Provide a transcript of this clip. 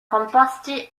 composti